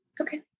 Okay